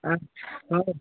ଆଚ୍ଛା ହଉ ହଉ